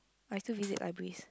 I still visit libraries